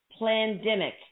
Plandemic